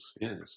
yes